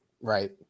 right